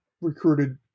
recruited